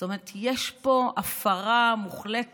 זאת אומרת, יש פה הפרה מוחלטת,